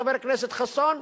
חבר הכנסת חסון,